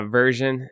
version